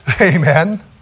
Amen